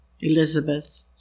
Elizabeth